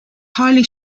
highly